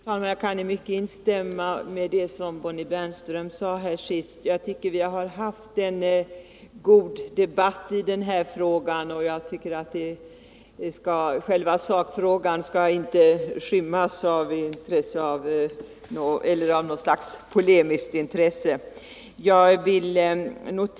Fru talman! Jag kan instämma i mycket av vad Bonnie Bernström sade 19 november 1979 senast. Jag tycker att vi har haft en god debatt i den här frågan och att själva sakfrågan inte skall skymmas av något slags polemiskt intresse.